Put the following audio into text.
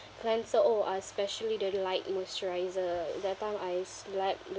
cleanser oh I especially like moisturiser that time I slept